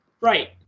Right